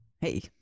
hey